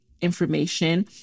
information